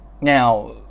Now